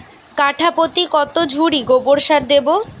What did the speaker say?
কাঠাপ্রতি কত ঝুড়ি গোবর সার দেবো?